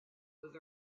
with